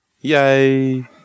Yay